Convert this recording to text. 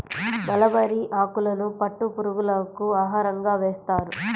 mulberry ఆకులను పట్టు పురుగులకు ఆహారంగా వేస్తారు